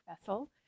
vessel